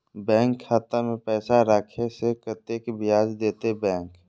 Bank खाता में पैसा राखे से कतेक ब्याज देते बैंक?